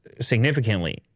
significantly